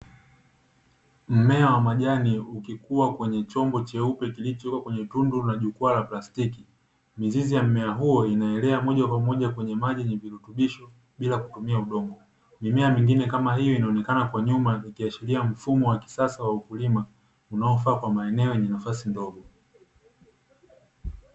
Mmea wa majani ukikua kwenye chombo cheupe kilichowekwa kwenye tundu la jukwaa la plastiki, mizizi ya mmea huo inaelea moja kwa moja kwenye maji yenye virutubisho bila kutumia udongo, mimea mingine kama hiyo inaonekana kwa nyuma ikiashiria mfumo wa kisasa wa ukulima unaofaa kwa maeneo yenye nafasi ndogo.